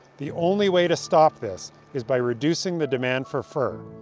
the only way to stop this is by reducing the demand for fur.